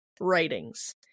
writings